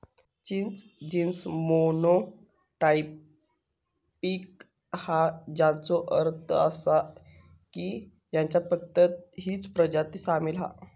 चिंच genes monotypic हा, ज्याचो अर्थ असा की ह्याच्यात फक्त हीच प्रजाती सामील हा